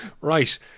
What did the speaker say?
right